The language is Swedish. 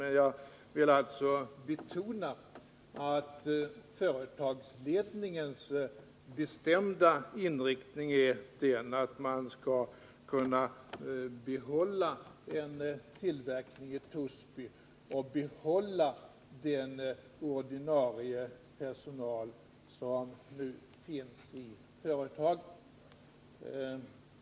Men jag vill betona att företagsledningens bestämda inriktning är den att man skall kunna fortsätta tillverkningen i Torsby och behålla den ordinarie personal som nu finns i företaget.